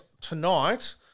tonight